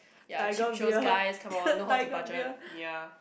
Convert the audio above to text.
ya cheap thrills guys come on know how to budget ya